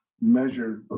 measure